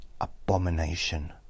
abomination